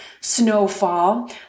snowfall